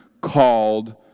called